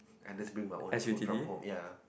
ui just bring my own food from home ya